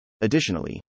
Additionally